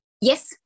yes